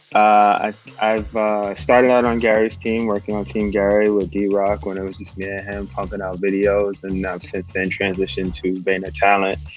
i've i've started out on gary's team, working on team gary with drock when it was just me yeah and him pumping out videos. and i've since then transitioned to vayner talent,